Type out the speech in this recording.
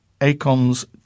ACONS